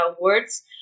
words